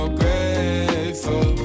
grateful